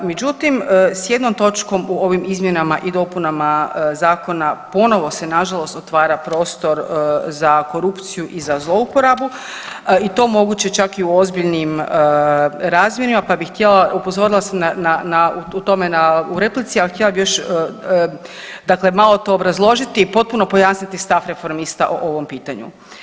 Međutim, s jednom točkom u ovim izmjenama i dopunama Zakona ponovo se nažalost, otvara prostor za korupciju i za zlouporabu i to moguće čak i u ozbiljnim razmjerima pa bi htjela, upozorila sam u tome na replici, ali htjela bih još, dakle malo to obrazložiti i potpuno pojasniti stav Reformista o ovom pitanju.